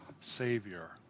savior